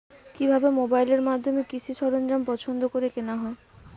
কিভাবে মোবাইলের মাধ্যমে কৃষি সরঞ্জাম পছন্দ করে কেনা হয়?